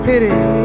pity